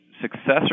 successor